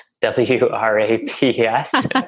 W-R-A-P-S